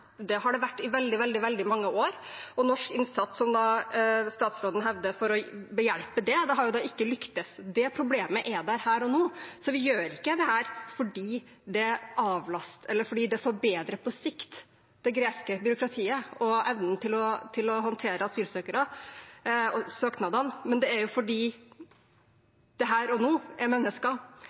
Det har det vært i veldig mange år, og norsk innsats, som statsråden hevder, for å behjelpe det har ikke lyktes. Det problemet er der her og nå. Vi gjør ikke dette fordi det på sikt forbedrer det greske byråkratiet og evnen til å håndtere asylsøkere og søknadene, men det er fordi det her og nå er mennesker